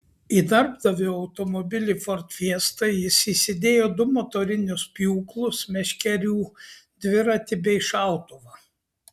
į darbdavio automobilį ford fiesta jis įsidėjo du motorinius pjūklus meškerių dviratį bei šautuvą